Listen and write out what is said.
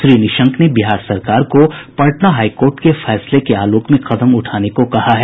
श्री निशंक ने बिहार सरकार को पटना हाईकोर्ट के फैसले के आलोक में कदम उठाने को कहा है